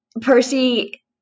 Percy